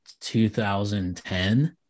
2010